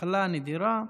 מחלה נדירה).